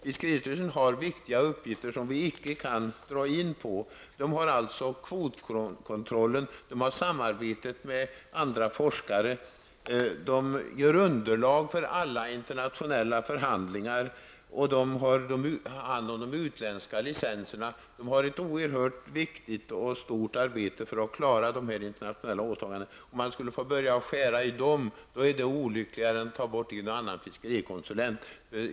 Fiskeristyrelsen har viktiga uppgifter som vi icke kan dra in på. Den har alltså hand om kvotkontrollen, har samarbete med forskare, gör underlag för alla internationella förhandlingar och har hand om de utländska licenserna. Den har alltså ett oerhört viktigt och stort arbete på att klara de internationella åtagandena. Om man skulle få börja skära ner där är det olyckligare än att ta bort en och annan fiskerikonsulenttjänst.